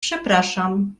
przepraszam